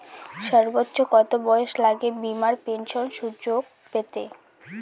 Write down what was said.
সর্বোচ্চ কত বয়স লাগে বীমার পেনশন সুযোগ পেতে?